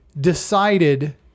decided